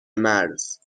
مرز